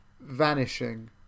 vanishing